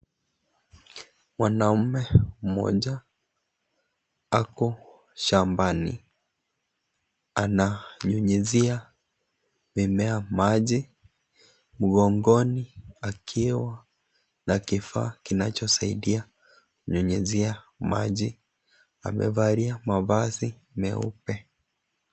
Mwanaume mmoja, ako shambani. Ananyunyuzia mimea maji, miongoni akiwa na kifaa kinachosaidia kunyunyuzia maji. Amevalia mavazi meupe.